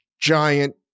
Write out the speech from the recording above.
Giant